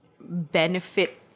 benefit